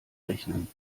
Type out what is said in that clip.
rechnen